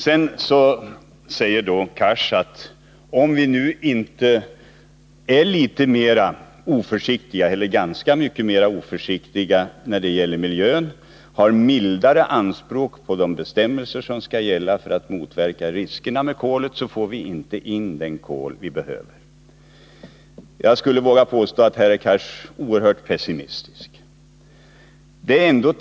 Sedan säger Hadar Cars att om vi inte är litet mer oförsiktiga — eller ganska mycket mer oförsiktiga — när det gäller miljön och har mildare anspråk beträffande de bestämmelser som skall gälla för att motverka riskerna med kolet, så får vi inte in det kol vi behöver. Jag vågar påstå att Hadar Cars här är oerhört pessimistisk.